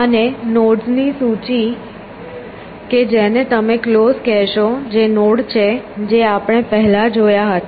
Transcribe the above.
અને નોડ્સની સૂચિ કે જેને તમે ક્લોઝ કહેશો જે નોડ છે જે આપણે પહેલાં જોયા હતા